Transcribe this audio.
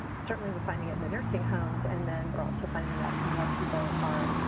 certainly, we're finding it in the nursing homes and then we're also finding that more people are